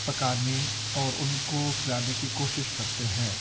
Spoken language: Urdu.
پکانے اور ان کو کھلانے کی کوشش کرتے ہیں